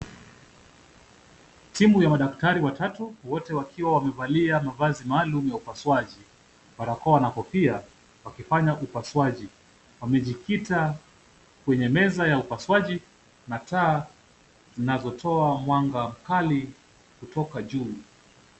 Timu ya madaktari watatu wote wakiwa wamevalia mavazi maalum ya upasuaji, barakoa na kofia wakifanya upasuaji. Wamejikita kwenye meza ya upasuaji na taa zinazotoa mwanga mkali kutoka juu.